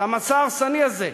את המסע ההרסני הזה.